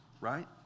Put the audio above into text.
right